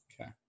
Okay